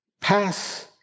Pass